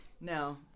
No